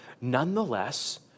Nonetheless